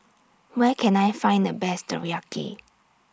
Where Can I Find The Best Teriyaki